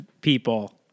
people